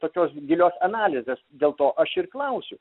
tokios gilios analizės dėl to aš ir klausiu